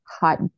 hot